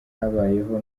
habayeho